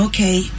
Okay